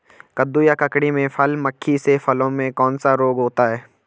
कद्दू या ककड़ी में फल मक्खी से फलों में कौन सा रोग होता है?